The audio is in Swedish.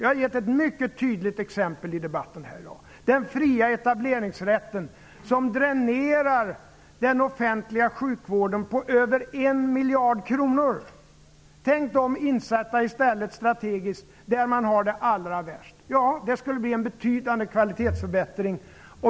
Jag har gett ett mycket tydligt exempel på det här i debatten i dag, nämligen den fria etableringsrätten som dränerar den offentliga sjukvården på över en miljard kronor. Tänk om man i stället strategiskt kunde sätta in dem där det är som allra värst. Det skulle bli en betydande kvalitetsförbättring.